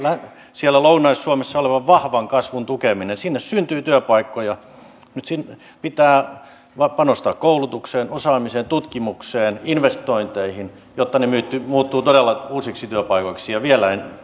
siellä lounais suomessa olevan vahvan kasvun tukeminen sinne syntyy työpaikkoja nyt pitää vain panostaa koulutukseen osaamiseen tutkimukseen investointeihin jotta ne muuttuvat todella uusiksi työpaikoiksi ja vielä